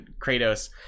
Kratos